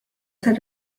tar